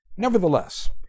Nevertheless